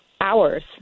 hours